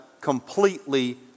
completely